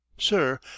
sir